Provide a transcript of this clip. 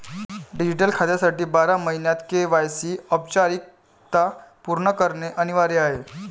digital खात्यासाठी बारा महिन्यांत के.वाय.सी औपचारिकता पूर्ण करणे अनिवार्य आहे